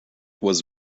was